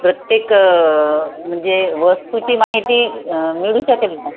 प्रत्येक म्हणजे वस्तूची माहिती मिळू शकेल का